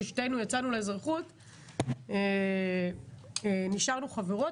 כששתינו יצאנו לאזרחות נשארנו חברות,